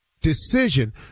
decision